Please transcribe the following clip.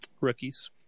Rookies